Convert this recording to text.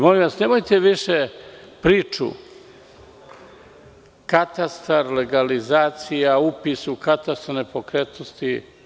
Molim vas, nemojte više priču katastar, legalizacija, upis u katastar nepokretnosti.